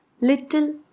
Little